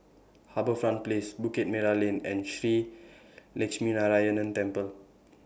HarbourFront Place Bukit Merah Lane and Shree Lakshminarayanan Temple